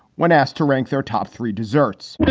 when asked to rank their top three desserts but